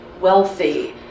wealthy